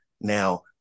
Now